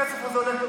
הכסף הזה הולך,